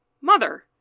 Mother